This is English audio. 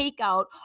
takeout